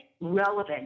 relevant